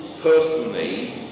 personally